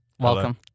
Welcome